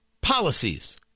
policies